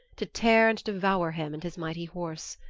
to tear and devour him and his mighty horse.